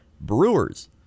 Brewers